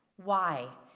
why?